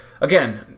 again –